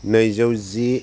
नैजौ जि